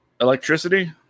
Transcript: Electricity